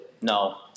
No